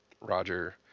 Roger